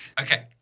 Okay